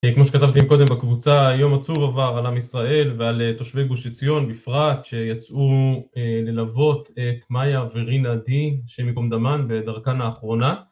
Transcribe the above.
כמו שכתבתי קודם בקבוצה, יום עצוב עבר על עם ישראל ועל תושבי גוש עציון בפרט, שיצאו ללוות את מאיה ורינה די הי"ד בדרכן האחרונה